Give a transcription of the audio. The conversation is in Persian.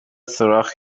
سوراخ